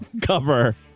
cover